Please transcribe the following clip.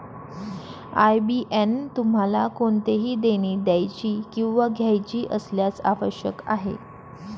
IBAN तुम्हाला कोणतेही देणी द्यायची किंवा घ्यायची असल्यास आवश्यक आहे